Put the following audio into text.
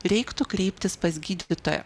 reiktų kreiptis pas gydytoją